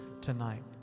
tonight